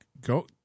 go